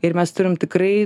ir mes turim tikrai